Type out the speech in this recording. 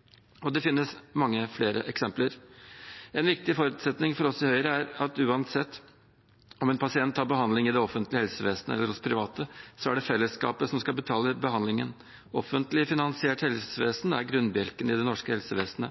det offentlige tilbudet. Det finnes mange flere eksempler. En viktig forutsetning for oss i Høyre er at uansett om en pasient tar behandling i det offentlige helsevesenet eller hos private, er det fellesskapet som skal betale behandlingen. Et offentlig finansiert helsevesen er grunnbjelken i det norske helsevesenet.